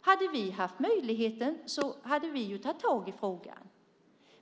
Hade vi haft möjligheten hade vi tagit tag i frågan.